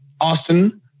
Austin